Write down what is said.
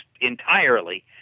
entirely